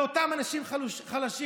לאותם אנשים חלשים.